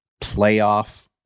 playoff